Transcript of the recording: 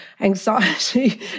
anxiety